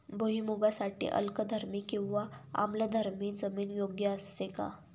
भुईमूगासाठी अल्कधर्मी किंवा आम्लधर्मी जमीन योग्य असते का?